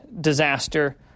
disaster